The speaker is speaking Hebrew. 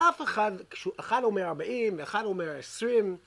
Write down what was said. אף אחד, כשהוא... אחד אומר 40, ואחד אומר 20,